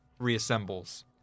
reassembles